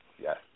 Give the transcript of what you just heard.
Yes